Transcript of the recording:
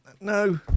No